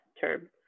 term